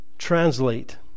Translate